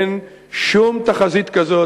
אין שום תחזית כזו,